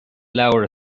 leabhar